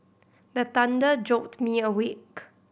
the thunder jolt me awake